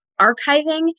archiving